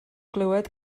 glywed